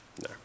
No